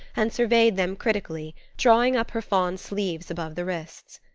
and surveyed them critically, drawing up her fawn sleeves above the wrists.